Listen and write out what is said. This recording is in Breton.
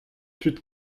tud